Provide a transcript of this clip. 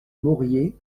moriez